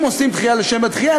אם עושים דחייה לשם הדחייה,